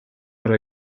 for